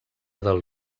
del